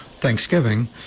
thanksgiving